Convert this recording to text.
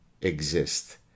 exist